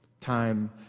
time